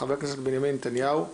חבר הכנסת בנימין נתניהו,